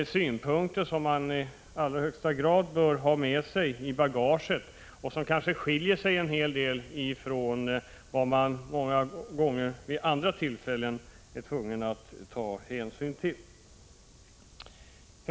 De synpunkter som man då måste ha med sig i bagaget skiljer sig kanske en hel del från vad man vid andra tillfällen många gånger är tvungen att ta hänsyn till.